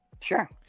Sure